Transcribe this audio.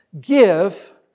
give